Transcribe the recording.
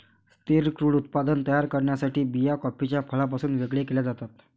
स्थिर क्रूड उत्पादन तयार करण्यासाठी बिया कॉफीच्या फळापासून वेगळे केल्या जातात